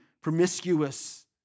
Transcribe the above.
promiscuous